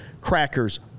crackers